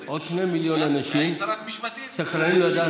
אנחנו ועוד 2 מיליון אנשים סקרנים לדעת